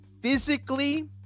physically